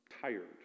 tired